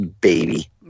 baby